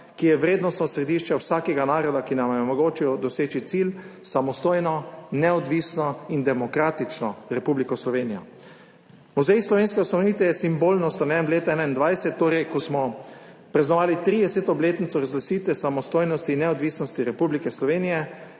ki je vrednostno središče vsakega naroda, ki nam je omogočil doseči cilj, samostojno, neodvisno in demokratično Republiko Slovenijo. Muzej slovenske ustanovitve je simbolno ustanovljen v letu 2021, torej ko smo praznovali 30. obletnico razglasitve samostojnosti in neodvisnosti Republike Slovenije,